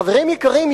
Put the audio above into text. חברים יקרים,